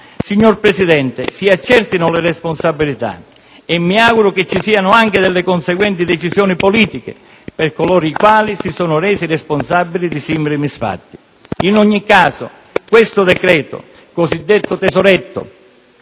Signor Presidente, si accertino le responsabilità e mi auguro che ci siano anche delle conseguenti decisioni politiche per coloro i quali si sono resi responsabili di simili misfatti. In ogni caso questo decreto, cosiddetto tesoretto,